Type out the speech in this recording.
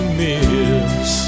miss